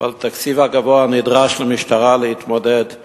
ועל התקציב הגבוה הנדרש למשטרה להתמודדות